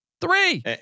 three